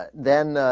then ah.